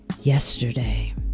yesterday